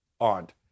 aunt